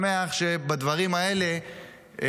ואני שמח שבדברים האלה,